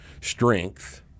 strength